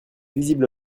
visible